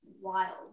wild